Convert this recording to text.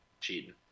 Cheating